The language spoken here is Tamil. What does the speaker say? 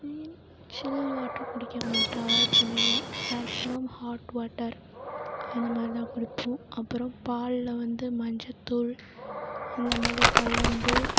சில் வாட்டர் குடிக்க மாட்டேன் அவாய்ட் பண்ணிடுவேன் மேக்ஸிமம் ஹாட் வாட்டர் அந்த மாதிரி தான் குடிப்போம் அப்புறம் பாலில் வந்து மஞ்சத்தூள் அந்த மாதிரி கலந்து